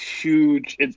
Huge